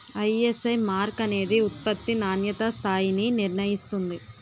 ISI mark అనేది ఉత్పత్తి నాణ్యతా స్థాయిని నిర్ణయిస్తుంది